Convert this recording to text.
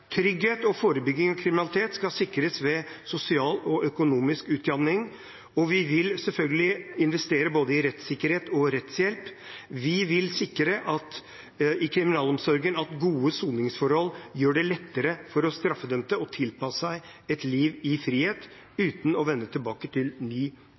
Trygghet og forebygging av kriminalitet skal sikres ved sosial og økonomisk utjamning, og vi vil selvfølgelig investere både i rettssikkerhet og rettshjelp. I kriminalomsorgen vil vi sikre at gode soningsforhold gjør det lettere for straffedømte å tilpasse seg et liv i frihet, uten å vende tilbake til ny